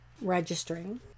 registering